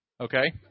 Okay